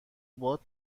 باد